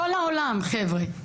כל העולם חבר'ה,